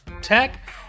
Tech